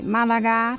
Malaga